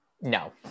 No